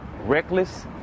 reckless